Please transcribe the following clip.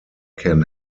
can